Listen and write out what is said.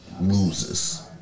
loses